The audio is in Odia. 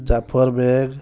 ଜାଫର ବେଗ